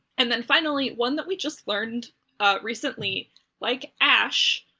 and then finally, one that we just learned recently like ash